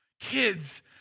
Kids